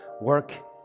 work